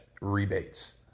rebates